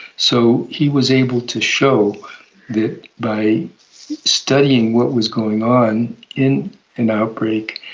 so he was able to show that by studying what was going on in an outbreak,